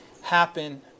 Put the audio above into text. happen